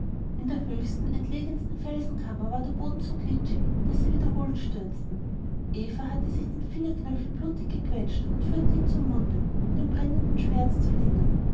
in der höchsten entlegensten felsenkammer war der boden so glitschig daß sie wiederholt stürzten eva hatte sich den fingerknöchel blutig gequetscht und führte ihn zum munde um den brennenden schmerz zu lindern